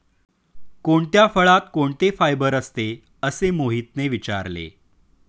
कोणत्या फळात कोणते फायबर असते? असे मोहितने विचारले